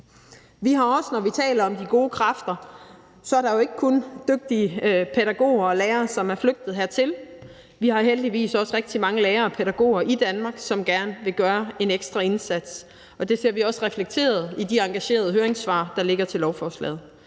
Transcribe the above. Når vi taler om de gode kræfter, er det jo ikke kun de dygtige pædagoger og lærere, som er flygtet hertil. Vi har heldigvis også rigtig mange lærere og pædagoger i Danmark, som gerne vil gøre en ekstra indsats, og det ser vi også reflekteret i de engagerede høringssvar, der ligger, til lovforslaget.